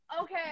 okay